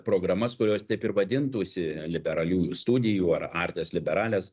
programas kurios taip ir vadintųsi liberaliųjų studijų ar artes liberales